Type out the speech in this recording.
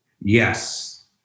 Yes